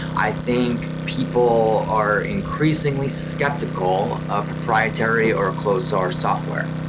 i think people are increasingly skeptical of proprietary or a closed-source software.